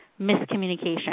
miscommunication